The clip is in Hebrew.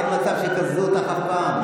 אין מצב שיקזזו אותך אף פעם.